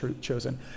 chosen